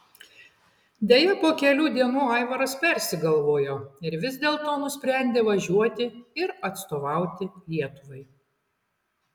deja po kelių dienų aivaras persigalvojo ir vis dėlto nusprendė važiuoti ir atstovauti lietuvai